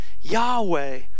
Yahweh